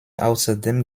außerdem